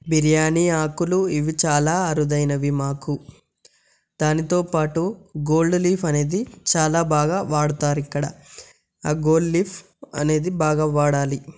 బిర్యానీ ఆకులు ఇవి చాలా అరుదైనవి మాకు దానితోపాటు గోల్డ్ లీఫ్ అనేది చాలా బాగా వాడుతారు ఇక్కడ ఆ గోల్డ్ లీఫ్ అనేది బాగా వాడాలి